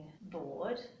board